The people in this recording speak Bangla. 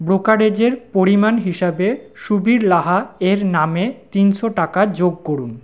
ব্রোকারেজের পরিমাণ হিসেবে সুবীর লাহা এর নামে তিনশো টাকা যোগ করুন